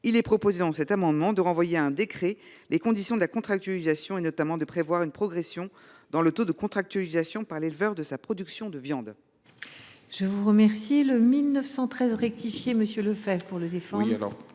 il est proposé de renvoyer à un décret les conditions de la contractualisation, en prévoyant notamment une progression dans le taux de contractualisation par l’éleveur de sa production de viande.